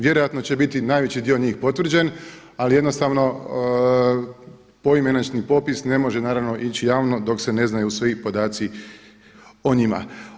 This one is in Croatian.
Vjerojatno će biti najveći dio njih potvrđen ali jednostavno poimenični popis ne može naravno ići javno dok se ne znaju svi podaci o njima.